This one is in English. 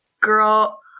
Girl